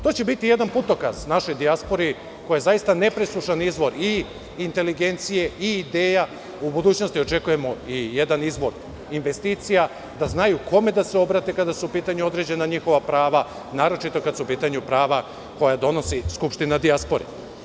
To će biti jedan putokaz našoj dijaspori koja je zaista nepresušan izvor i inteligencije i ideja, u budućnosti očekujemo i jedan izvor investicija, da znaju kome da se obrate kada su u pitanju određena njihova prava, naročito kada su u pitanju prava koja donosi Skupština dijaspore.